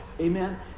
Amen